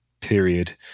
period